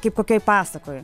kaip kokioj pasakoj